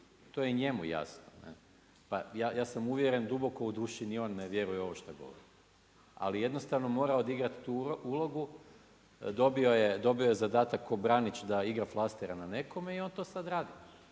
to je i njemu jasno. Pa ja sam uvjeren, duboko u duši ni on ne vjeruje ovo što govori. Ali jednostavno mora odigrati tu ulogu. Dobio je zadatak ko branič da igra flastera na nekome i on to sad radi.